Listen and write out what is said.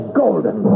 golden